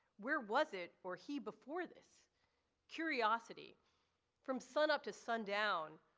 where was it or he before this curiosity from sunup to sundown,